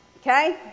Okay